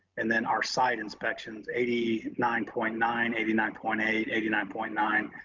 and then our site inspections, eighty nine point nine eighty nine point eight eighty nine point nine,